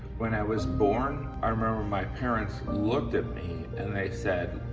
when i was born i remember my parents looked at me and they said,